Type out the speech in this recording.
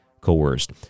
coerced